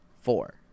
four